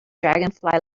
dragonfly